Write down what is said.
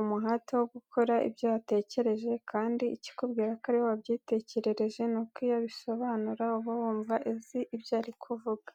umuhate wo gukora ibyo yatekereje kandi ikikubwira ko ari we wabyitekerereje n'uko iyo abisobanura uba wumva azi ibyo ari kuvuga.